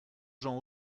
gens